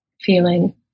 feeling